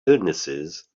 illnesses